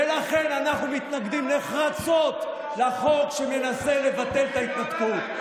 ולכן אנחנו מתנגדים נחרצות לחוק שמנסה לבטל את ההתנתקות.